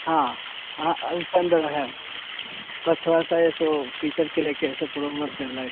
हाँ हाँ उसका अंदर है बस थोड़ा सा है सो टीचर के ले कर ऐसे थोड़ा मोड़ा चल रहा है